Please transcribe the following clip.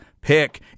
pick